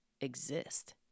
exist